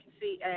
see